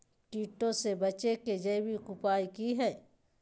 कीटों से बचे के जैविक उपाय की हैय?